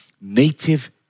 native